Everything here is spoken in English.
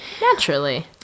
Naturally